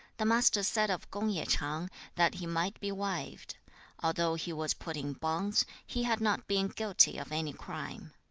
the master said of kung-ye ch'ang that he might be wived although he was put in bonds, he had not been guilty of any crime.